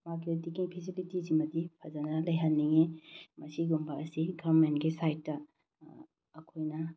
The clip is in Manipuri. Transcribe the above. ꯃꯥꯔꯀꯦꯇꯤꯡꯒꯤ ꯐꯦꯁꯤꯂꯤꯇꯤ ꯁꯤꯃꯗꯤ ꯐꯖꯅ ꯂꯩꯍꯟꯅꯤꯡꯏ ꯃꯁꯤꯒꯨꯝꯕ ꯑꯁꯤ ꯒꯔꯃꯦꯟꯒꯤ ꯁꯥꯏꯠꯇ ꯑꯩꯈꯣꯏꯅ